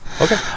Okay